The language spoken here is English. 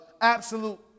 absolute